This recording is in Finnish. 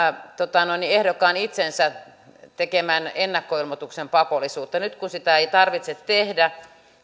ehdokkaan itsensä tekemän ennakkoilmoituksen pakollisuutta nyt kun sitä vaalirahoitusilmoitusta ei tarvitse tehdä